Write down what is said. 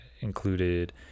included